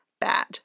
bad